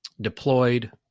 deployed